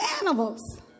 animals